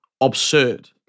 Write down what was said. absurd